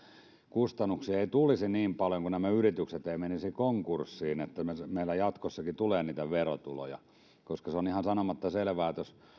kustannuksia ei tulisi niin paljon kun nämä yritykset eivät menisi konkurssiin niin että jatkossakin tulee niitä verotuloja se on ihan sanomatta selvää että jos